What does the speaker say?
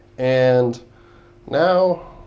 and now,